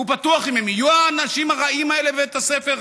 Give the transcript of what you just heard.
הוא פתוח אם יהיו האנשים הרעים האלה בבית הספר,